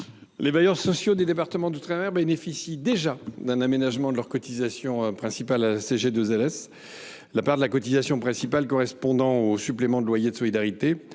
Les bailleurs sociaux des départements d’outre mer bénéficient déjà d’un aménagement de leur cotisation principale à la CGLLS. La part de la cotisation principale correspondant au supplément de loyer de solidarité